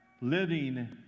living